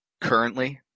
Currently